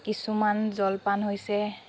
কিছুমান জলপান হৈছে